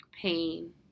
pain